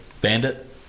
bandit